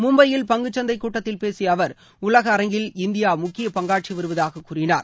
மும்பையில் பங்குச்சந்தை கூட்டத்தில் பேசிய அவர் உலக அரங்கில் இந்தியா முக்கியப் பங்காற்றி வருவதாகக் கூறினார்